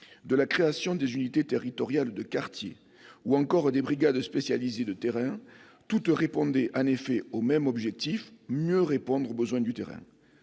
de la création des unités territoriales de quartier ou encore des brigades spécialisées de terrain, toutes répondaient en effet au même objectif : mieux répondre aux besoins du terrain.